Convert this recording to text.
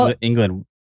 England